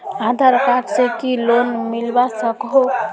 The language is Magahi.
आधार कार्ड से की लोन मिलवा सकोहो?